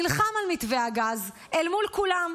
נלחם על מתווה הגז אל מול כולם,